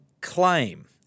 claim